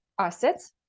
assets